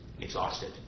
exhausted